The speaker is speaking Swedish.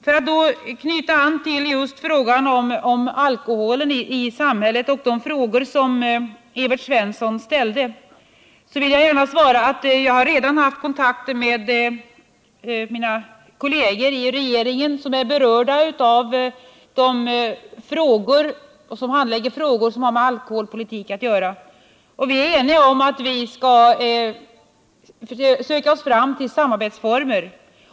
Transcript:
För att knyta an till problemen med alkoholen i samhället och de frågor som Evert Svensson ställde vill jag gärna svara att jag redan har haft kontakter med mina kolleger i regeringen vilka handlägger frågor som har med alkoholpolitik att göra. Vi är eniga om att vi skall söka oss fram till samarbetsformer.